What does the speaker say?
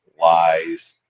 lies